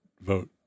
vote